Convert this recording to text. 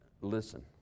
Listen